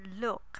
look